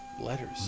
Letters